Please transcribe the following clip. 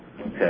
Okay